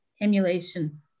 emulation